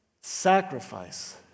sacrifice